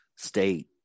state